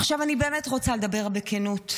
עכשיו אני באמת רוצה לדבר בכנות.